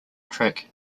track